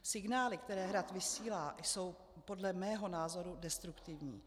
Signály, které Hrad vysílá, jsou podle mého názoru destruktivní.